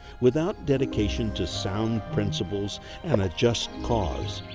without dedication to sound principles and a just cause,